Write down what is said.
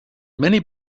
many